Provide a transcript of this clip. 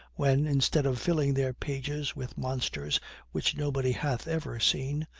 when, instead of filling their pages with monsters which nobody hath ever seen,